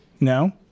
No